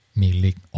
milik